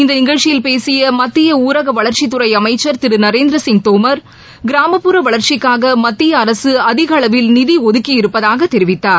இந்த நிகழ்ச்சியில் பேசிய மத்திய ஊரக வளர்ச்சித்துறை அமைச்சர் திரு நரேந்திரசிங் தோமர் கிராமப்புற வளர்ச்சிக்காக மத்திய அரசு அதிகளவில் நிதி ஒதுக்கியிருப்பதாக தெரிவித்தார்